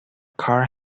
car